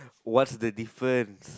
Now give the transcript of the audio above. what's the difference